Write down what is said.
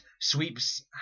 sweeps